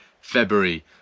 February